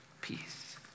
peace